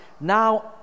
now